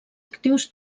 actius